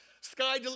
Sky